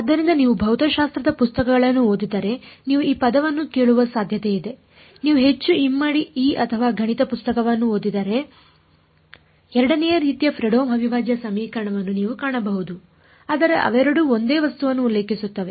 ಆದ್ದರಿಂದ ನೀವು ಭೌತಶಾಸ್ತ್ರದ ಪುಸ್ತಕಗಳನ್ನು ಓದಿದರೆ ನೀವು ಈ ಪದವನ್ನು ಕೇಳುವ ಸಾಧ್ಯತೆಯಿದೆ ನೀವು ಹೆಚ್ಚು ಇಮ್ಮಡಿ ಇ ಅಥವಾ ಗಣಿತ ಪುಸ್ತಕವನ್ನು ಓದಿದರೆ ಎರಡನೆಯ ರೀತಿಯ ಫ್ರೆಡ್ಹೋಮ್ ಅವಿಭಾಜ್ಯ ಸಮೀಕರಣವನ್ನು ನೀವು ಕಾಣಬಹುದು ಆದರೆ ಅವೆರಡೂ ಒಂದೇ ವಸ್ತುವನ್ನು ಉಲ್ಲೇಖಿಸುತ್ತವೆ